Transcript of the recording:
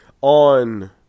on